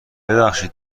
ببخشید